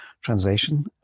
Translation